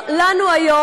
ברור לנו היום